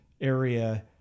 area